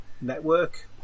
network